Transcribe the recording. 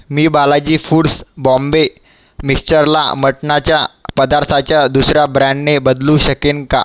मी Balaji foods Bombay मिक्स्चरला मटणाच्या पदार्थाच्या दुसर्या ब्रँडने बदलू शकेन का